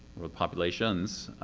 or populations.